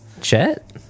Chet